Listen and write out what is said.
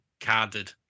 carded